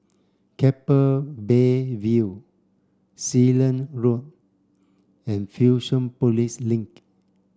Keppel Bay View Sealand Road and Fusionopolis Link